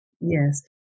Yes